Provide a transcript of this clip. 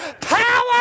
power